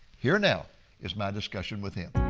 here now is my discussion with him.